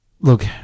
look